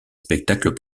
spectacles